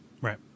Right